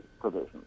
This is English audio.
provisions